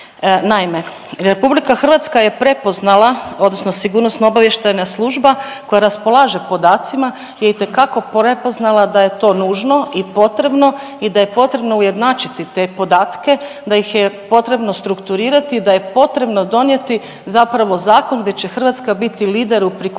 Naime, RH je prepoznala odnosno Sigurnosno-obavještajna služba koja raspolaže podacima je itekako prepoznala da je to nužno i potrebno i da je potrebno ujednačiti te podatke, da ih je potrebno strukturirati i da je potrebno donijeti zapravo zakon gdje će Hrvatska biti lider u prikupljanju